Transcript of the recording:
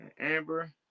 amber